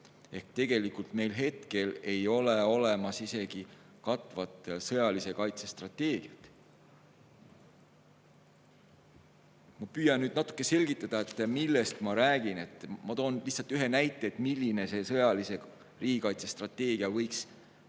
Tegelikult meil ei ole olemas isegi katvat sõjalise kaitse strateegiat. Ma püüan nüüd natuke selgitada, millest ma räägin. Ma toon lihtsalt ühe näite, milline see sõjalise riigikaitse strateegia võiks